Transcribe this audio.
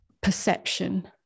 perception